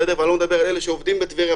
ואני לא מדבר על אלה שעובדים בטבריה,